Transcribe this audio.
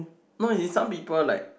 no it some people like